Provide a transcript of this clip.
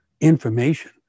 information